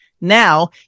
Now